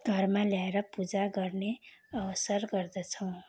घरमा ल्याएर पूजा गर्ने अवसर गर्दछौँ